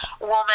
woman